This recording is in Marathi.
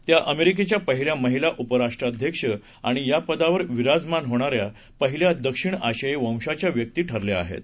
त्याअमेरिकेच्यापहिल्यामहिलाउपराष्ट्राध्यक्ष आणियापदावरविराजमानहोणाऱ्यापहिल्यादक्षिणआशियाईवंशाच्याव्यक्तीठरल्याआहेत